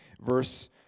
Verse